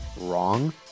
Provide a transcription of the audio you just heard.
wrong